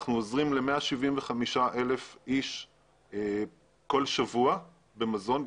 אנחנו עוזרים ל-175,000 אנשים כל שבוע במזון,